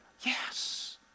Yes